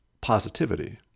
positivity